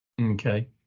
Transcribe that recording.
Okay